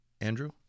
Andrew